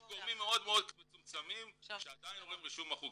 יש גורמים מאוד מצומצמים שעדיין רואים רישום מחוק.